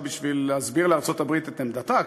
בשביל להסביר לארצות-הברית את עמדתה,